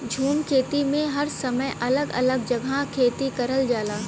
झूम खेती में हर समय अलग अलग जगह खेती करल जाला